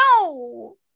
No